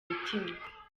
mutima